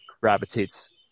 gravitates